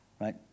Right